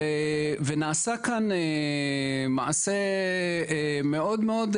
ונעשה כאן מעשה מאוד מאוד,